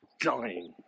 dying